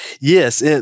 Yes